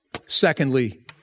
Secondly